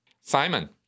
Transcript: Simon